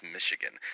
Michigan